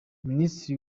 minisiteri